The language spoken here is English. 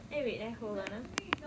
eh wait hold on ah